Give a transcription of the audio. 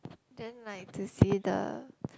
then like to see the